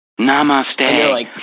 Namaste